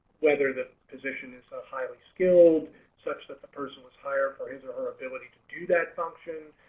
whether the position is ah highly skilled such that the person was hired for his or her ability to do that function